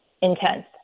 intense